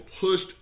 pushed